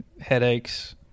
headaches